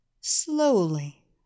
slowly